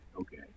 okay